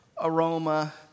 aroma